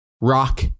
rock